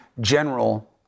general